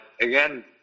again